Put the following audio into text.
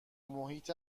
محیط